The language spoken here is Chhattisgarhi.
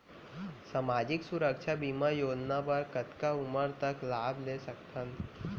सामाजिक सुरक्षा बीमा योजना बर कतका उमर तक लाभ ले सकथन?